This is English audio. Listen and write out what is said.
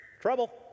trouble